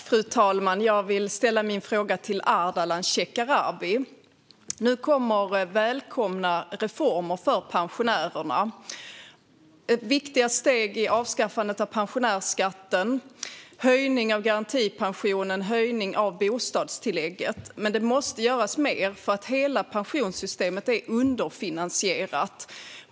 Fru talman! Jag vill ställa min fråga till Ardalan Shekarabi. Nu kommer välkomna reformer för pensionärerna. Viktiga steg är avskaffande av pensionärsskatten, höjning av garantipensionen och höjning av bostadstillägget. Mer måste dock göras, för hela pensionssystemet är underfinansierat.